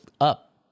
up